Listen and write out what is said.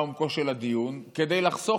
מהו עומקו של הדיון כדי לחסוך,